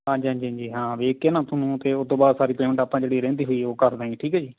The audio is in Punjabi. ਹਾਂਜੀ ਹਾਂਜੀ ਹਾਂਜੀ ਹਾਂ ਵੇਖ ਨਾ ਤੁਹਾਨੂੰ ਅਤੇ ਉੱਦੋਂ ਬਾਅਦ ਸਾਰੀ ਪੇਮੈਂਟ ਆਪਾਂ ਜਿਹੜੀ ਰਹਿੰਦੀ ਹੋਈ ਉਹ ਕਰਦਾਂਗੇ ਠੀਕ ਹੈ ਜੀ